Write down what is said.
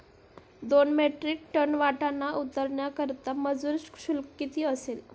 दोन metric tonne वाटाणा उतरवण्याकरता मजूर शुल्क किती असेल?